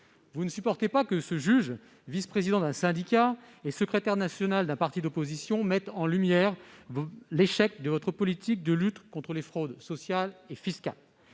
les ministres, que ce juge, vice-président d'un syndicat et secrétaire national d'un parti d'opposition, mette en lumière l'échec de votre politique de lutte contre les fraudes sociales et fiscales,